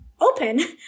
open